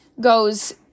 goes